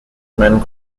men